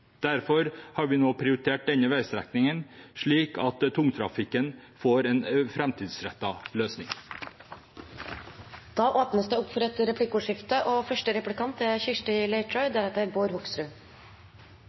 Derfor har vi nå prioritert denne veistrekningen, slik at tungtrafikken får en framtidsrettet løsning. Det blir replikkordskifte. Venstre er jo en forkjemper for